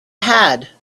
had